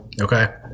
Okay